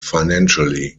financially